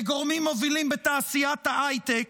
לגורמים מובילים בתעשיית ההייטק,